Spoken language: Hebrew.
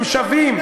הם שווים.